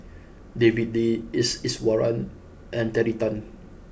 David Lee S Iswaran and Terry Tan